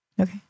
Okay